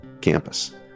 campus